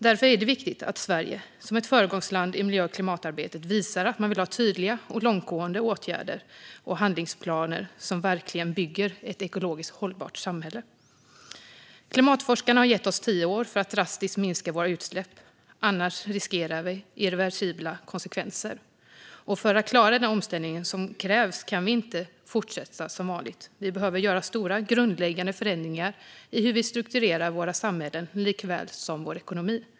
Därför är det viktigt att Sverige som ett föregångsland i miljö och klimatarbetet visar att man vill ha tydliga och långtgående handlingsplaner som verkligen bygger ett ekologiskt hållbart samhälle. Klimatforskarna har gett oss tio år för att drastiskt minska våra utsläpp - annars riskerar vi irreversibla konsekvenser. För att klara den omställning som krävs kan vi inte fortsätta som vanligt. Vi behöver göra stora grundläggande förändringar i hur vi strukturerar våra samhällen likaväl som vår ekonomi.